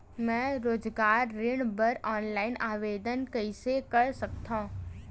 मैं रोजगार ऋण बर ऑनलाइन आवेदन कइसे कर सकथव?